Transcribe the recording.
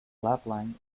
leblanc